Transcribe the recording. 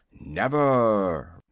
never!